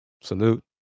Salute